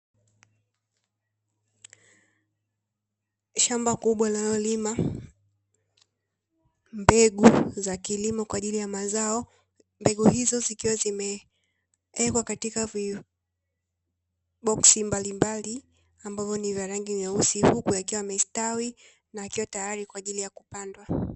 Shamba kubwa linaalolima mbegu kwa ajili ya mazao, mbegu izo zikiwa zimewekwa katika viboksi mbalimbali ambavyo ni vya rangi nyeusi huku vikiwa vimestawi na kua teyari kwa ajili ya kupandwa.